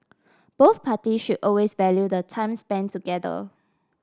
both party should always value the time spent together